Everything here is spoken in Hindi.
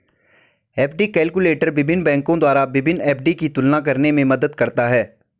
एफ.डी कैलकुलटर विभिन्न बैंकों द्वारा विभिन्न एफ.डी की तुलना करने में मदद करता है